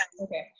okay